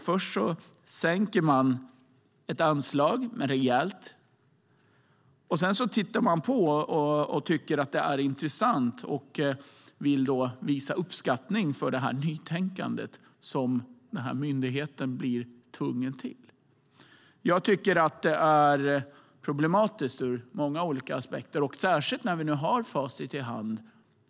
Först sänker man ett anslag rejält, och sedan tittar man på, tycker att det är intressant och vill visa uppskattning av det nytänkande som myndigheten blir tvungen till. Jag tycker att det är problematiskt ur många olika aspekter, särskilt när vi nu har facit i hand.